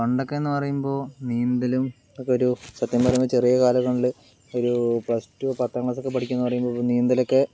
പണ്ടൊക്കേന്ന് പറയുമ്പോൾ നീന്തലും ഒക്കെ ഒരു സത്യം പറയുമ്പോൾ ചെറിയ കാലം കൊണ്ട് ഒരു പ്ലസ് ടു പത്താം ക്ലാസ്സൊക്കെ പഠിക്കുന്ന് പറയുമ്പോൾ നീന്തലൊക്കെ